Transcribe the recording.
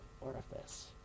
orifice